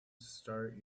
start